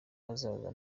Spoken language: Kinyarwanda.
hazaza